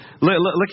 Look